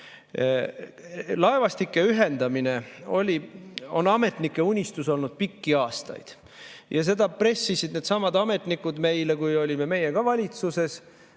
Laevastike ühendamine on ametnike unistus olnud pikki aastaid ja seda pressisid needsamad ametnikud meile, kui olime meie ka valitsuses,